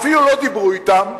אפילו לא דיברו אתם,